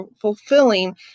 fulfilling